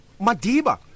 madiba